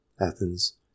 Athens